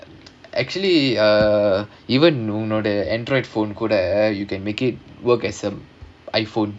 actually uh even உன்னோட:unnoda android phone கூட:kooda you can make it work as a iPhone